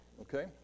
Okay